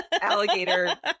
alligator